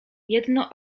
jedno